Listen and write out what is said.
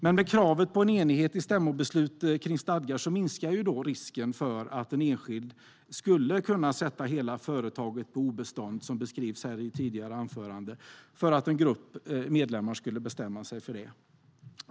Med kravet på enighet i stämmobeslutet om stadgar minskar risken för att en enskild skulle kunna sätta hela företaget på obestånd, som det har beskrivits i ett tidigare anförande, därför att en grupp medlemmar skulle bestämma sig för det.